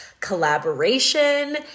collaboration